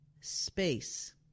space